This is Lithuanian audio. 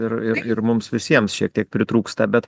ir ir ir mums visiems šiek tiek pritrūksta bet